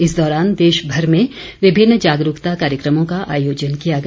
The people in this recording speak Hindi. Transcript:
इस दौरान देशभर में विभिन्न जागरूकता कार्यक्रमों का आयोजन किया गया